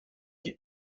qui